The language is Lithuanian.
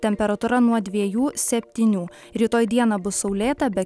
temperatūra nuo dviejų septynių rytoj dieną bus saulėta be